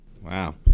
Wow